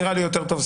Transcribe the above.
להתייחסות.